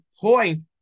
point